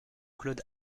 claude